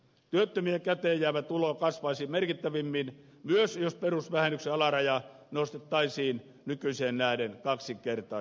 työttömien käteenjäävä tulo kasvaisi merkittävimmin myös jos perusvähennyksen alaraja nostettaisiin nykyiseen nähden kaksinkertaiseksi